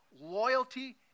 loyalty